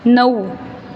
नऊ